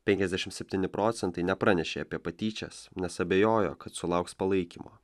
penkiasdešim septyni procentai nepranešė apie patyčias nes abejojo kad sulauks palaikymo